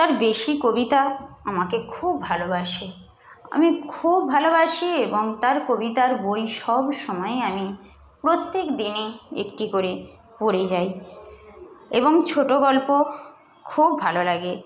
তার বেশী কবিতা আমাকে খুব ভালোবাসে আমি খুব ভালবাসি এবং তার কবিতার বই সবসময় আমি প্রত্যেকদিনই একটি করে পড়ে যাই এবং ছোটো গল্প খুব ভালো লাগে